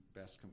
best